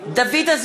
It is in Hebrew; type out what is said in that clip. (קוראת בשם חבר הכנסת) דוד אזולאי,